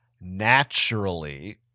naturally